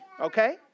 okay